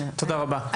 תודה רבה.